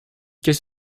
qu’est